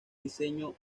diseño